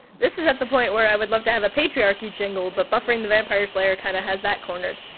this is at the point where i would love to have a patriarchy jingle but buffering the vampire slayer kind of has that cornered.